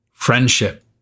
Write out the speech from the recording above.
Friendship